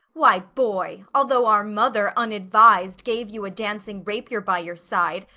why, boy, although our mother, unadvis'd, gave you a dancing rapier by your side,